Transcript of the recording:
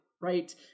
right